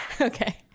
Okay